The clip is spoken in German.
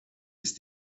ist